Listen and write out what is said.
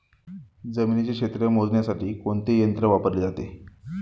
जमिनीचे क्षेत्र मोजण्यासाठी कोणते यंत्र वापरले जाते?